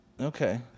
Okay